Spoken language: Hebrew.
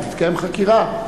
אם תתקיים חקירה,